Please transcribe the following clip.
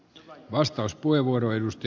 arvoisa puhemies